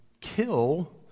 kill